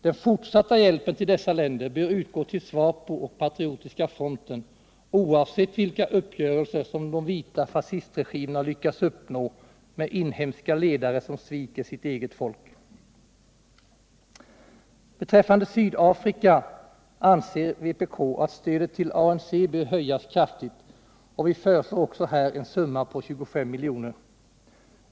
Den fortsatta hjälpen till dessa länder bör utgå till SWAPO och Patriotiska fronten, oavsett vilka uppgörelser som de vita fascistregimerna lyckas uppnå med inhemska ledare som sviker sitt eget folk. Beträffande Sydafrika anser vpk att stödet till ANC bör höjas kraftigt, och vi föreslår också här en summa på 25 miljoner.